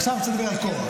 עכשיו אני רוצה לדבר על קרח.